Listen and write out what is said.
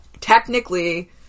technically